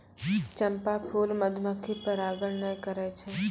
चंपा फूल मधुमक्खी परागण नै करै छै